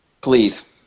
Please